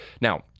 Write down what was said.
Now